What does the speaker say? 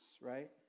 right